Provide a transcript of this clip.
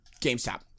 GameStop